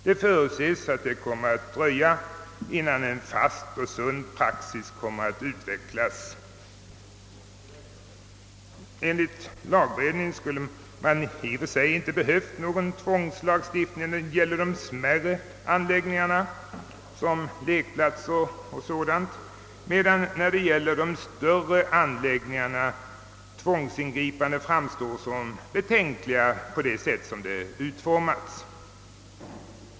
Det förutses att det kommer att dröja innan en fast och sund praxis kommer att utvecklas. Enligt lagberedningen skulle det i och för sig inte behövas någon lagstiftning när det gäller de smärre anläggningarna som t.ex. lekplatser. När det gäller de större anläggningarna framstår tvångsingripanden på det sätt som de utformats i detta lagförslag som betänkliga.